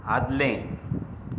आदलें